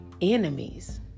enemies